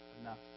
enough